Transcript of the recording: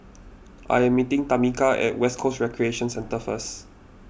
I am meeting Tamika at West Coast Recreation Centre first